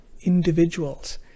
individuals